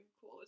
cool